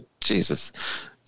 Jesus